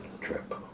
trip